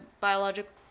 biological